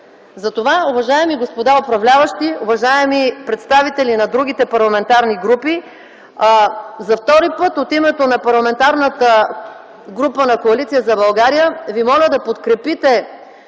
Затова, уважаеми господа управляващи, уважаеми представители на другите парламентарни групи, за втори път от името на Парламентарната група на коалиция за България ви моля да подкрепите